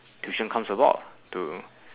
tuition comes about to